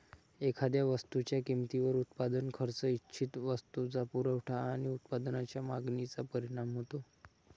एखाद्या वस्तूच्या किमतीवर उत्पादन खर्च, इच्छित वस्तूचा पुरवठा आणि उत्पादनाच्या मागणीचा परिणाम होतो